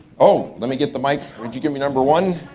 oh, let me get the mic. would you give me number one?